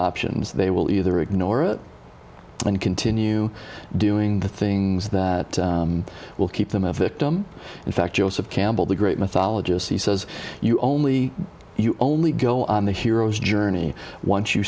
options they will either ignore it and continue doing the things that will keep them a victim in fact joseph campbell the great mythologist he says you only you only go on the hero's journey once you